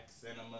cinema